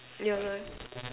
ya lor